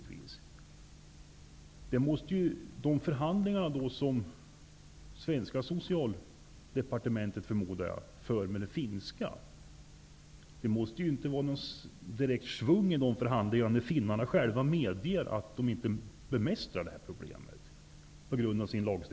Det kan ju inte vara något direkt schvung i de förhandlingar som det svenska socialdepartementet för med det finska, när finnarna själva medger att de på grund av sin lagstiftning inte bemästrar det här problemet.